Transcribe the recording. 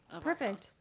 Perfect